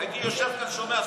הייתי יושב כאן, שומע.